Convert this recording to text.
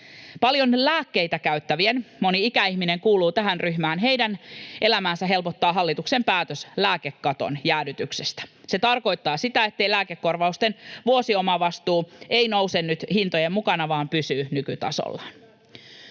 Paljon lääkkeitä käyttävien — moni ikäihminen kuuluu tähän ryhmään — elämää helpottaa hallituksen päätös lääkekaton jäädytyksestä. Se tarkoittaa sitä, ettei lääkekor-vausten vuosiomavastuu nouse nyt hintojen mukana vaan pysyy nykytasollaan.